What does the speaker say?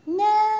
no